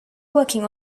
working